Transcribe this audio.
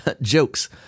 Jokes